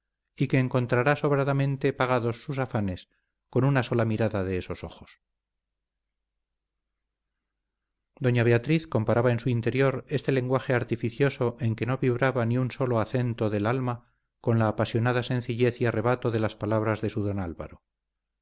y que encontrará sobradamente pagados sus afanes con una sola mirada de esos ojos doña beatriz comparaba en su interior este lenguaje artificioso en que no vibraba ni un sólo acento del alma con la apasionada sencillez y arrebato de las palabras de su don álvaro